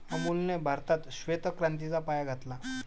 अमूलने भारतात श्वेत क्रांतीचा पाया घातला